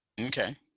Okay